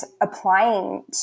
applying